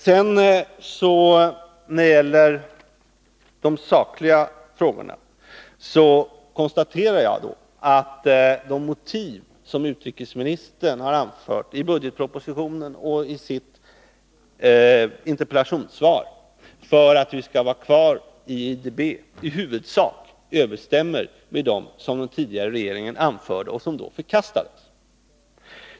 73 När det gäller de sakliga frågorna konstaterar jag att de motiv som utrikesministern har anfört i budgetpropositionen och i sitt interpellationssvar för att vi skall vara kvar i IDB i huvudsak överensstämmer med dem som den tidigare regeringen anförde och som då förkastades.